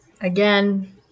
Again